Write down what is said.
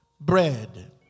bread